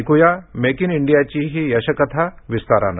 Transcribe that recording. ऐकूया make in इंडियाची ही यशकथा विस्तारानं